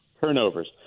Turnovers